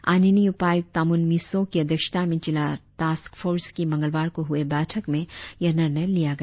आनिनि उपायुक्त तामून मिसो की अध्यक्षता में जिला टास्क फोर्स की मंगलवार को हुए बैठक में यह निर्णय लिया गया